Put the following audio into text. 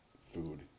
food